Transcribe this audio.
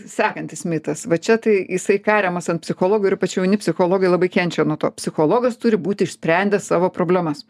sekantis mitas va čia tai jisai kariamas an psichologų ir ypač jauni psichologai labai kenčia nuo to psichologas turi būti išsprendęs savo problemas